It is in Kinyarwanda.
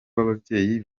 w’ababyeyi